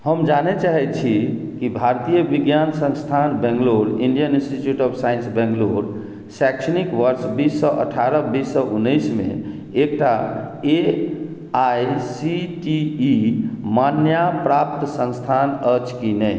हम जानय चाहैत छी कि भारतीय विज्ञान संस्थान Bangalore Indian Institute of Science Bangalore शैक्षणिक वर्ष बीस सए अठारह बीस सए उनैसमे एकटा A I C T E मान्याप्राप्त संस्थान अछि कि नहि